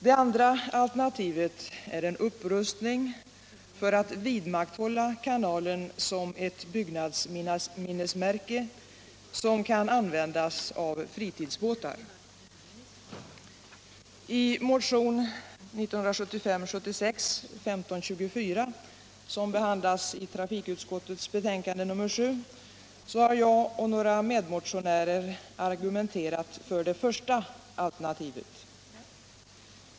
Det andra alternativet är en — kanal upprustning för att vidmakthålla kanalen som ett byggnadsminnesmärke som kan användas av fritidsbåtar. I motionen 1975/76:1524, som behandlas i trafikutskottets betänkande nr 7, har jag och några medmotionärer argumenterat för det första alternativet.